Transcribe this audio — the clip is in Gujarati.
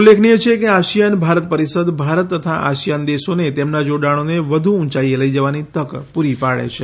ઉલ્લેખનીય છે કે આસિયાન ભારત પરિષદ ભારત તથા આસિયાન દેશોને તેમના જોડાણોને વધુ ઉંચાઇએ લઈ જવાની તક પૂરી પાડે છે